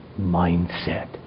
mindset